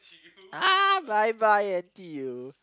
!ah! bye bye N_T_U